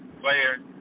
player